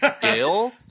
Gail